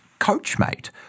Coachmate